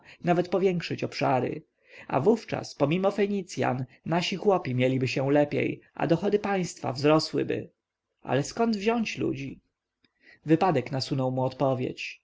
nawet powiększyć obszary a wówczas pomimo fenicjan nasi chłopi mieliby się lepiej a dochody państwa wzrosłyby ale skąd wziąć ludzi wypadek nasunął mu odpowiedź